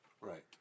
Right